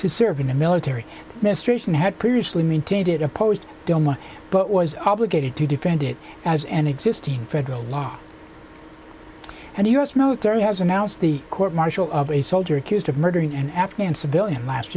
to serve in the military ministration had previously maintained it opposed doma but was obligated to defend it as an existing federal law and the u s military has announced the court martial of a soldier accused of murdering an afghan civilian last